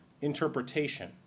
interpretation